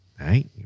right